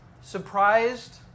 surprised